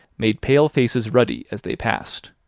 made pale faces ruddy as they passed.